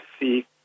see